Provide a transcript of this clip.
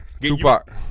Tupac